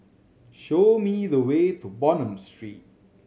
show me the way to Bonham Street